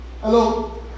Hello